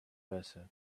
versa